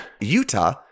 Utah